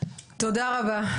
תודה רבה,